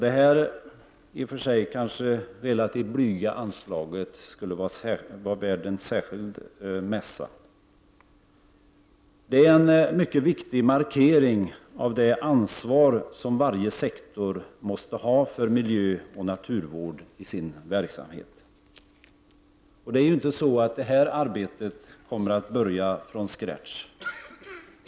Detta i och för sig relativt blygsamma anslag vore värt en särskild mässa. Det är en mycket viktig markering som görs av det ansvar som varje sektor måste ha för naturoch miljövård i sin verksamhet. Detta arbete börjar ju inte från ”scratch”.